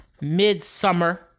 Midsummer